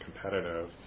competitive